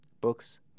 books